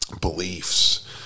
beliefs